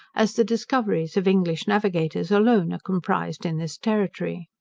as the discoveries of english navigators alone are comprized in this territory.